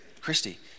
Christy